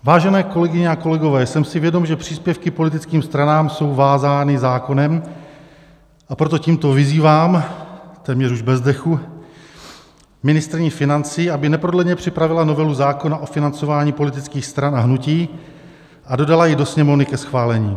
Vážené kolegyně a kolegové, jsem si vědom, že příspěvky politickým stranám jsou vázány zákonem, a proto tímto vyzývám, téměř už bez dechu, ministryni financí, aby neprodleně připravila novelu zákona o financování politických stran a hnutí a dodala ji do Sněmovny ke schválení.